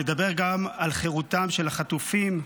נדבר גם על חירותם של החטופים,